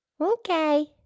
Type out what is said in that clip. Okay